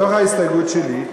בתוך ההסתייגות שלי,